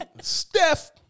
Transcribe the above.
Steph